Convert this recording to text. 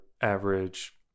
average